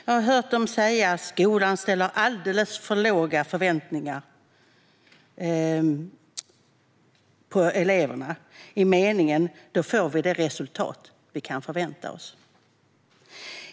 Jag har hört dem säga att skolan har alldeles för låga förväntningar på eleverna - i meningen att vi får det resultat vi kan förvänta oss.